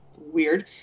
weird